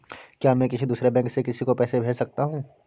क्या मैं किसी दूसरे बैंक से किसी को पैसे भेज सकता हूँ?